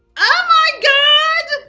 oh my god!